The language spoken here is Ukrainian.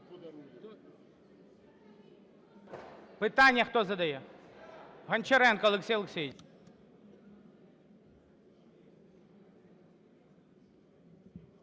Питання хто задає? Гончаренко Олексій Олексійович.